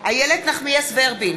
איילת נחמיאס ורבין,